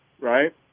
right